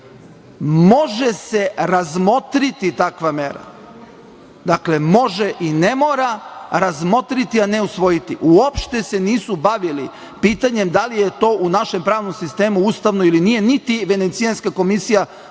može se razmotriti takva mera, dakle, može i ne mora, a ne usvojiti. Uopšte se nisu bavili pitanjem da li je to u našem pravnom sistemu ustavno ili nije, niti Venecijanska komisija može